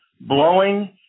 blowing